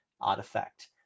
artifact